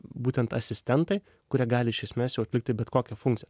būtent asistentai kurie gali iš esmės jau atlikti bet kokią funkciją